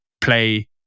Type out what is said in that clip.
play